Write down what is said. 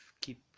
keep